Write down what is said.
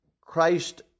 Christ